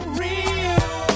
real